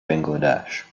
bangladesh